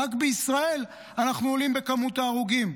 רק בישראל אנחנו עולים בכמות ההרוגים.